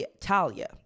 Talia